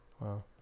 Wow